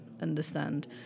understand